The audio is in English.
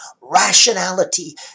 rationality